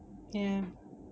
ya